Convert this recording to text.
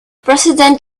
president